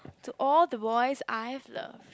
to all the boys I've loved